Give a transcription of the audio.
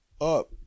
up